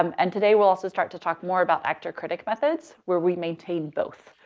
um and today we'll also start to talk more about actor-critic methods, where we maintain both.